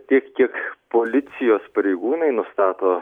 tiek kiek policijos pareigūnai nustato